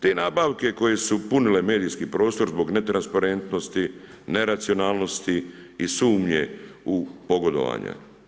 Te nabavke koje su punile medijski prostor zbog netransparentnosti, neracionalnosti i sumnje u pogodovanja.